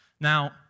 Now